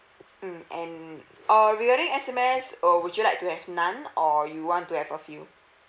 mm and err regarding S_M_S uh would you like to have none or you want to have a few